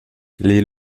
les